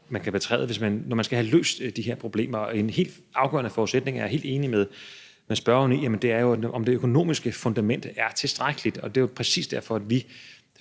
man kan betræde, når man skal have løst de her problemer. En helt afgørende forudsætning, og det er jeg helt enig med spørgeren i, handler jo om, om det økonomiske fundament er tilstrækkeligt. Og det var præcis derfor, at vi